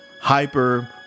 hyper